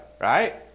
Right